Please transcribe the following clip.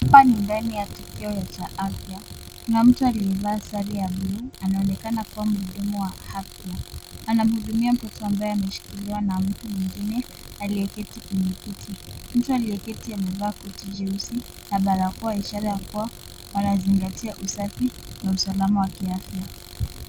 Hapa ni ndani ya kituo cha afya. Kuna mtu aliyevaa sate ya bluu anaonekana kuwa mhudumu wa afya. Anamhudumia mtoto ambaye ameshikiliwa na mtu mwingine aliyeketi kwenye kiti. Mtu aliyeketi koti jeusi na barakoa ishara kuwa wanazingatia usafi na usalama wa kiafya.